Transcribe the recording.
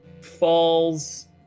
falls